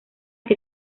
que